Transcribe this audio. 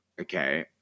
okay